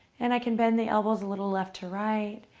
and i can bend the elbows, a little left to right,